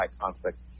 conflict